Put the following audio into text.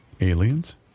Aliens